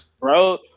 bro